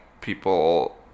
people